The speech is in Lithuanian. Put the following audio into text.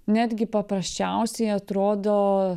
netgi paprasčiausiai atrodo